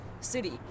city